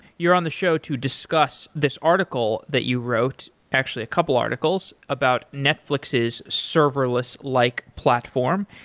you're on the show to discuss this article that you wrote, actually a couple articles, about netflix's serverless-like like platform.